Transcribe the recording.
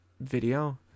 video